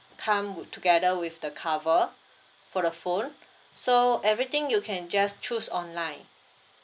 come together with the cover for the phone so everything you can just choose online